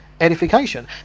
edification